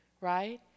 right